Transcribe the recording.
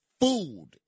food